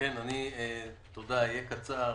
תודה, אני אהיה קצר.